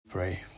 pray